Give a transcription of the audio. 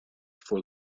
for